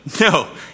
no